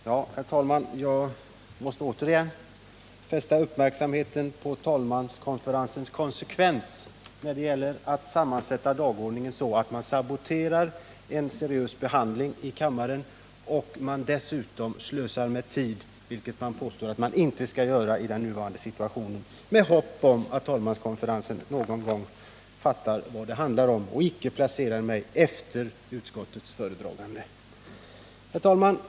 Herr talman! Jag måste återigen fästa uppmärksamheten på talmanskonferensens konsekventa metod när det gäller att göra upp talarlistan så att en seriös behandling i kammaren saboteras och att man dessutom slösar med tid, vilket man påstår att man inte skall göra i nuvarande situation. Jag gör detta med hopp om att talsmanskonferensen någon gång skall fatta vad det handlar om och icke placera mig efter utskottets talesman. Herr talman!